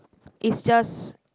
is just